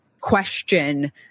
question